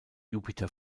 jupiter